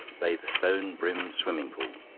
lay the stone-brimmed swimming-pool.